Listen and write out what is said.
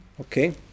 Okay